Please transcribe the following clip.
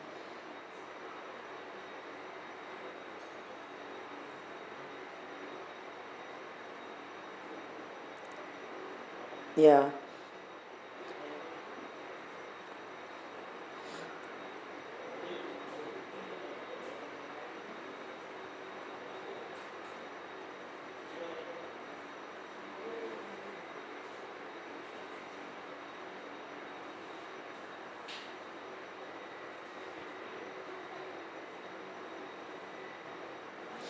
ya